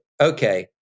Okay